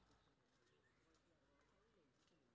हमरा offline loan लेबे के उपाय बतबु?